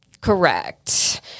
Correct